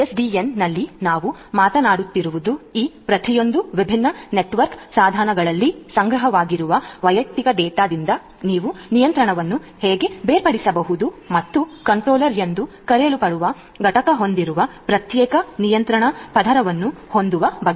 ಎಸ್ಡಿಎನ್ನಲ್ಲಿ ನಾವು ಮಾತನಾಡುತ್ತಿರುವುದು ಈ ಪ್ರತಿಯೊಂದು ವಿಭಿನ್ನ ನೆಟ್ವರ್ಕ್ ಸಾಧನಗಳಲ್ಲಿ ಸಂಗ್ರಹವಾಗಿರುವ ವೈಯಕ್ತಿಕ ಡೇಟಾದಿಂದ ನೀವು ನಿಯಂತ್ರಣವನ್ನು ಹೇಗೆ ಬೇರ್ಪಡಿಸಬಹುದು ಮತ್ತು ಕಂಟ್ರೋಲ್ಲರ್ ಎಂದು ಕರೆಯಲ್ಪಡುವ ಘಟಕ ಹೊಂದಿರುವ ಪ್ರತ್ಯೇಕ ನಿಯಂತ್ರಣ ಪದರವನ್ನು ಹೊಂದುವ ಬಗ್ಗೆ